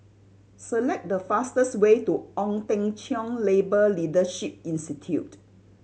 select the fastest way to Ong Teng Cheong Labour Leadership Institute